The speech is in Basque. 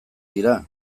dira